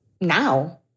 now